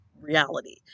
reality